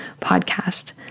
podcast